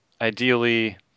ideally